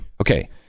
Okay